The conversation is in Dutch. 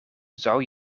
zou